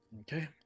Okay